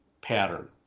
pattern